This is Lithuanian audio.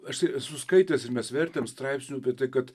aš esu skaitęs ir mes vertėm straipsnių apie tai kad